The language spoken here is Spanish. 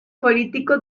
político